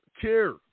care